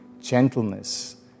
gentleness